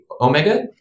Omega